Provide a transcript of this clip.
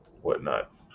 whatnot